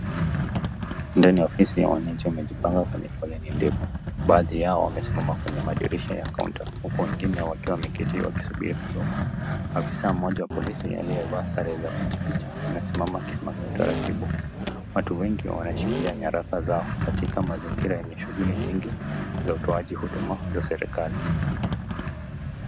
Ndani ya ofisi ya wananchi wamejipanga kwenye foleni ndefu , baadhi yao wamesimama kwenye madirisha ya (cs) counter (cs) huku wengine wakiwa wameketi wakisubiri huduma ,ofisaa mmoja wa polisi aliyevaa sare za kujificha amesimama akisimamia utaratibu ,watu wengi wanashikilia nyaraka zao katika mazingira yenye shughuli nyingi za utoaji huduma za serikali.